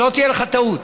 שלא תהיה לך טעות.